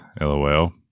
LOL